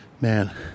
man